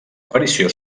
aparició